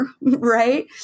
right